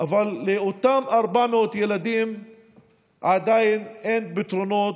אבל לאותם 400,000 ילדים עדיין אין פתרונות,